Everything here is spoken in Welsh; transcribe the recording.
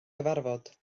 cyfarfod